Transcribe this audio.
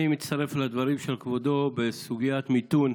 אני מצטרף לדברים של כבודו בסוגיית מיתון,